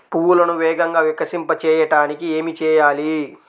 పువ్వులను వేగంగా వికసింపచేయటానికి ఏమి చేయాలి?